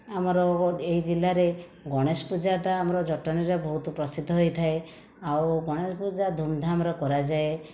ଆମର ଏହି ଜିଲ୍ଲାରେ ଗଣେଶ ପୂଜାଟା ଆମର ଜଟଣୀରେ ବହୁତ ପ୍ରସିଦ୍ଧ ହୋଇଥାଏ ଆଉ ଗଣେଶ ପୂଜା ଧୂମଧାମରେ କରାଯାଏ